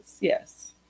yes